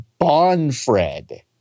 Bonfred